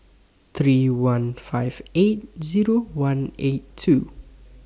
three one five eight Zero one eight two